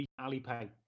Alipay